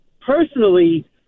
personally